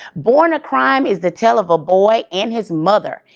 born a crime is the tale of a boy and his mother,